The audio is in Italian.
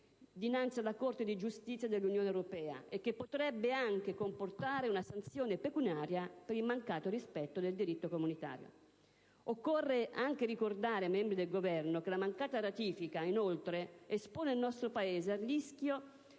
dinanzi alla Corte di giustizia delle Comunità europee e che potrebbe anche comportare una sanzione pecuniaria per il mancato rispetto del diritto comunitario. Occorre anche ricordare ai membri del Governo che la mancata ratifica, inoltre, espone il nostro Paese al rischio